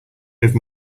give